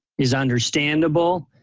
is understandable.